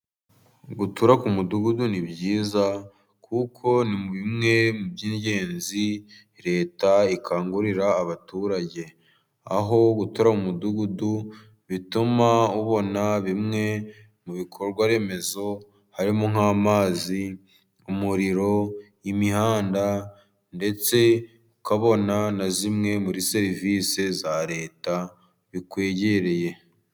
Gutura ku mudugudu ni byiza kuko ni bimwe mu by'ingenzi leta ikangurira abaturage; aho gutura mu umudugudu bituma ubona bimwe mu bikorwaremezo harimo nk'amazi, umuriro, imihanda, ndetse ukabona na zimwe muri serivisi za leta bikwegereye.